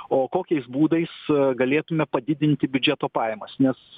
o kokiais būdais galėtume padidinti biudžeto pajamas nes